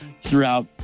throughout